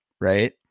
right